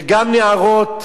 וגם נערות,